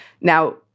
Now